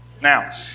Now